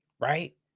Right